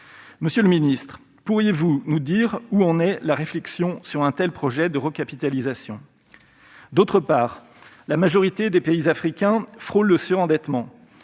Monsieur le ministre, pourriez-vous nous dire où en est la réflexion sur un tel projet de recapitalisation ? D'autre part, la majorité des pays africains frôlent le surendettement.